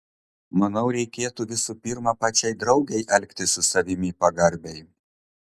manau reikėtų visų pirma pačiai draugei elgtis su savimi pagarbiai